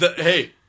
Hey